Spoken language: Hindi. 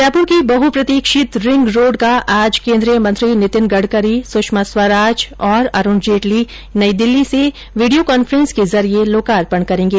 जयपुर की बहप्रतिक्षित रिंग रोड़ का आज केन्द्रीय मंत्री नितिन गडकरी सुषमा स्वराज और अरूण जेटली नई दिल्ली से विडियो कांफ्रेंस के जरिये लोकार्पण करेंगे